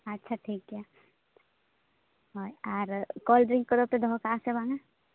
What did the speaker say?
ᱟᱪᱪᱷᱟ ᱴᱷᱤᱠ ᱜᱮᱭᱟ ᱦᱳᱭ ᱟᱨ ᱠᱳᱞᱰᱨᱤᱝᱥ ᱠᱚᱫᱚᱯᱮ ᱫᱚᱦᱚ ᱠᱟᱜᱼᱟ ᱥᱮ ᱵᱟᱝᱼᱟ